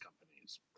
companies